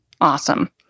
Awesome